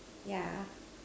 yeah